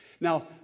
Now